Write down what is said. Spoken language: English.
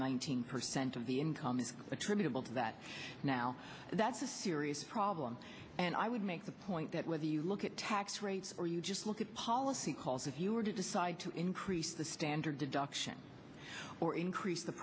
nineteen percent of the income is attributable to that now that's a serious problem and i would make the point that with the look at tax rates or you just look at policy calls if you were to decide to increase the standard deduction or increase the